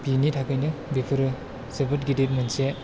बिनि थाखायनो बेफोरो जोबोत गिदिर मोनसे